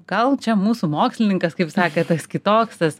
gal čia mūsų mokslininkas kaip sakė tas kitoks tas